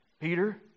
Peter